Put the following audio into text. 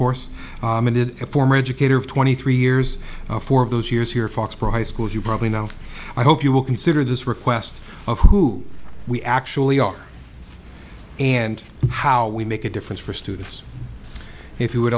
course a former educator of twenty three years four of those years here foxboro high school as you probably know i hope you will consider this request of who we actually are and how we make a difference for students if you would